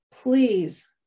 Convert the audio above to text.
please